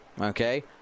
okay